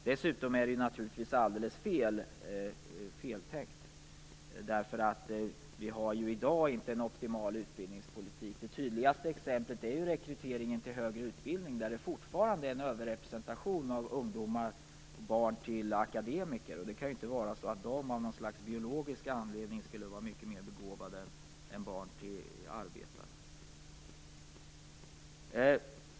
Dessutom är det alldeles fel tänkt. Vi har i dag inte någon optimal utbildningspolitik. Det tydligaste exemplet är ju rekryteringen till högre utbildning där det fortfarande är en överrepresentation av ungdomar och barn till akademiker. Det kan inte vara så, att de av någon biologisk anledning skulle vara mycket mer begåvade än barn till arbetare.